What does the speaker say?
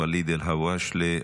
ואליד אלהואשלה,